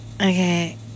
okay